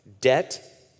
Debt